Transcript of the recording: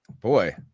boy